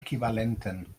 äquivalenten